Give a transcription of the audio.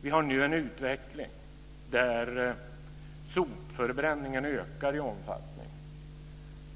Vi har nu en utveckling där sopförbränningen ökar i omfattning,